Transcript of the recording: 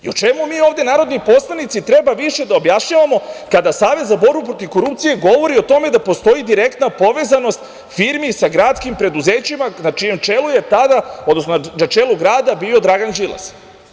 O čemu mi ovde, narodni poslanici, treba više da objašnjavamo kada Savez za borbu protiv korupcije govori o tome da postoji direktna povezanost firmi sa gradskim preduzećima, na čijem čelu grada tada je bio Dragan Đilas?